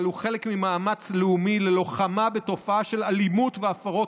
אבל הוא חלק ממאמץ לאומי ללוחמה בתופעה של אלימות והפרות